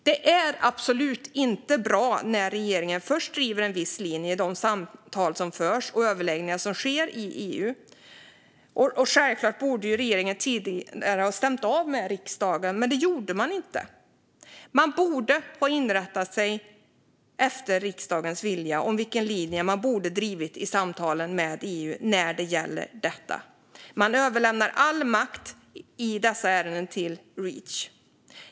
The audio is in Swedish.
Det är absolut inte bra när regeringen först driver en viss linje i de samtal och överläggningar som förs i EU och sedan tvingas ändra sig. Regeringen borde självklart ha stämt av med riksdagen tidigare, men det gjorde man inte. Man borde ha rättat sig efter riksdagens vilja när det gäller vilken linje man skulle driva i samtalen med EU. Man överlämnar all makt i dessa ärenden till Reach.